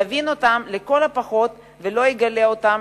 יבין אותם לכל הפחות ולא יגלה אותם